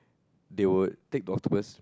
they would take the octopus